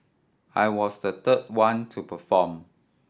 I was the third one to perform